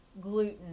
gluten